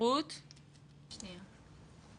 כנראה היא לא שם.